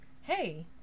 Hey